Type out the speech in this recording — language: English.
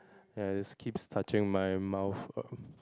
ya it keeps touching my mouth um